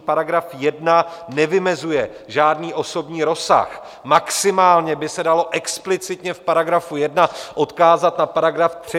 Paragraf 1 nevymezuje žádný osobní rozsah, maximálně by se dalo explicitně v § 1 odkázat na § 3.